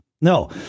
No